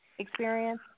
experience